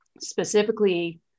specifically